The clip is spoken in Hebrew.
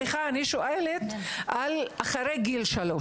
אני שואלת מה קורה אחרי גיל שלוש.